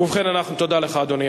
תודה לך, אדוני.